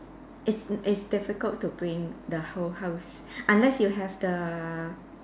it's it's difficult to bring the whole house unless you have the